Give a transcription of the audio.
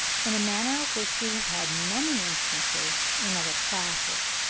in a manner of which we have had many instances in other classes.